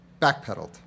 backpedaled